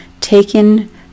taken